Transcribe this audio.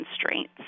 constraints